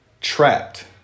trapped